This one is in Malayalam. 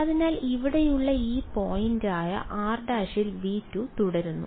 അതിനാൽ ഇവിടെയുള്ള ഈ പോയിന്റായ r′ ൽ V2 തുടരുന്നു